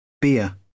beer